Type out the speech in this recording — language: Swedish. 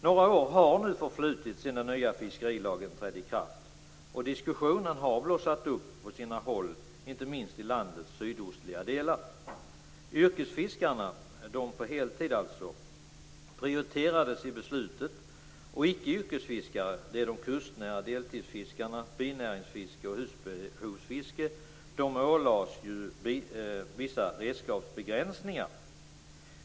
Några år har nu förflutit sedan den nya fiskerilagen trädde i kraft, och diskussionen har blossat upp på sina håll, inte minst i landets sydostliga delar. Yrkesfiskarna, dvs. de som fiskar på heltid, prioriterades i beslutet, och icke-yrkesfiskarna, dvs. de kustnära deltidsfiskarna, binäringsfisket och husbehovsfisket, ålades vissa redskapsbegränsningar.